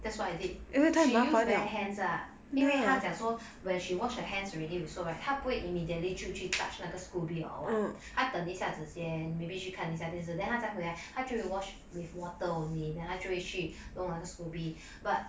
that's what I did she use bare hands ah 因为他讲说 when she wash her hands already with soap right 他不会 immediately 就去 touch 那个 scoby or what 他等一下子先 maybe 去看一下电视 then 他再回来他就会 wash with water only then 他就会去弄那个 scoby but